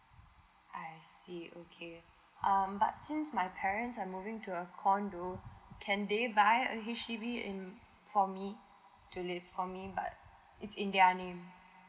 I see okay um but since my parents are moving to a condo can they buy a H_D_B and for me to live for me but it's in their name